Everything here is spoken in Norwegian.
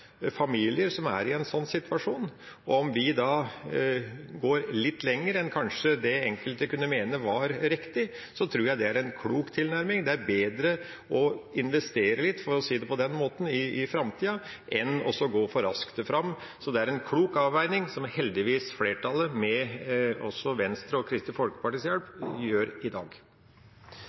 familier som er i en slik situasjon. Og om vi går litt lenger enn det kanskje enkelte mener er riktig, tror jeg det er en klok tilnærming. Det er bedre å investere litt – for å si det på den måten – i framtida enn å gå for raskt fram. Så det er en klok avveining som flertallet heldigvis – også med Venstre og Kristelig Folkepartis